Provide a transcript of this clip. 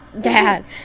Dad